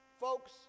Folks